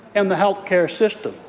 and the health care system.